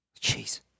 Jeez